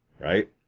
Right